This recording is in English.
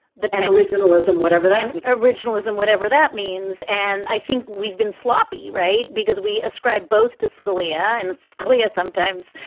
the and originalism, whatever that originalism, whatever that means. and i think we've been sloppy, right, because we ascribe both to scalia and scalia sometimes.